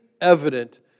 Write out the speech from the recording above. evident